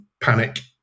panic